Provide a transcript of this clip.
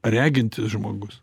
regintis žmogus